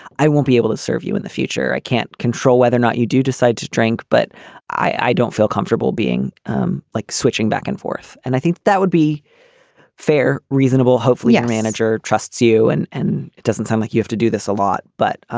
i won't be able to serve you in the future. i can't control whether or not you do decide to drink, but i don't feel comfortable being um like switching back and forth and i think that would be fair, reasonable. hopefully our manager trusts you and and it it doesn't seem like you have to do this a lot. but